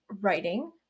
writing